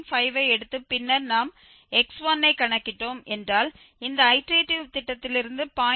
5ஐ எடுத்து பின்னர் நாம் x1 ஐ கணக்கிட்டோம் என்றால் இந்த ஐடேரேட்டிவ் திட்டத்திலிருந்து 0